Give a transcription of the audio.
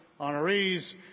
honorees